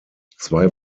zwei